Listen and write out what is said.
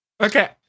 Okay